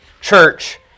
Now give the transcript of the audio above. church